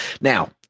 Now